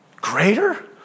greater